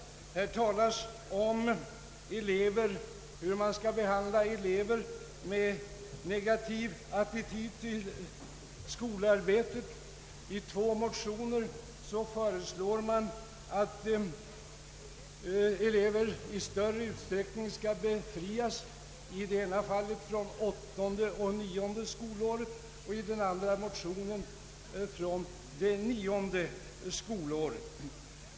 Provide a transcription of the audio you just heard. Det talas om hur man skall behandla elever med negativ attityd till skolarbetet. I två motioner föreslås att elever i större utsträckning skall befrias, enligt den ena motionen från åttonde och nionde skolåret och enligt den andra motionen från det nionde skolåret.